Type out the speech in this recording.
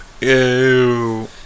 Ew